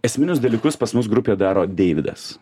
esminius dalykus pas mus grupėje daro deividas